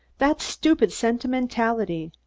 that's stupid sentimentality.